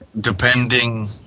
depending